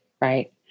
right